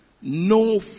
no